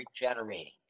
regenerating